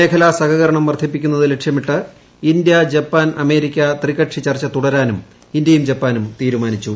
മേഖലാ സഹകരണം വർദ്ധിപ്പിക്കുന്നത് ലക്ഷ്യമിട്ട് ഇന്ത്യ ജപ്പാൻ അമേരിക്ക ത്രികക്ഷി ചർച്ച തുടരാനും ഇന്ത്യയും ജപ്പാനും തീരുമാനിച്ചു